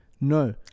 No